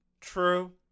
True